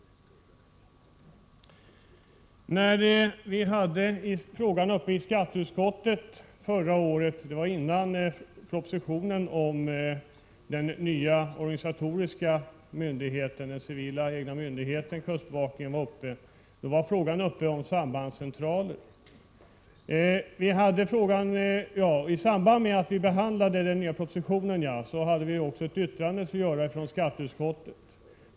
Innan propositionen om den nya myndigheten, den egna civila myndigheten, var uppe i skätteutskottet förra året hade vi att behandla frågan om sambandscentraler. I anslutning till att vi behandlade den nya propositionen avlämnade vi ett yttrande från skatteutskottet.